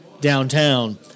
downtown